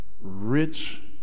rich